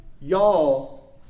Y'all